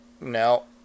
No